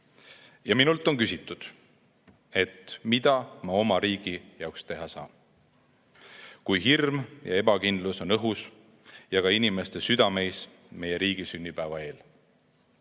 Minult on küsitud, et mida ma oma riigi jaoks teha saan, kui hirm ja ebakindlus on õhus ja ka inimeste südameis meie riigi sünnipäeva eel.